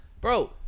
Bro